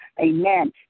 amen